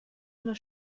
nur